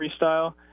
freestyle